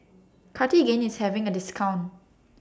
Cartigain IS having A discount